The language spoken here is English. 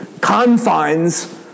confines